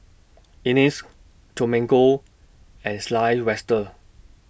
Ines Domingo and Sylvester